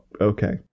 okay